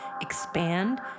expand